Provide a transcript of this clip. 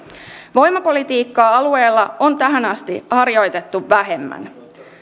voimapolitiikkaa alueella on tähän asti harjoitettu vähemmän